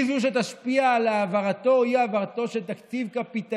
היא שתשפיע על העברתו או אי-העברתו